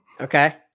Okay